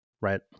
Right